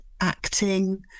Acting